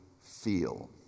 feel